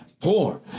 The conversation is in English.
poor